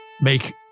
make